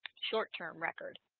short term record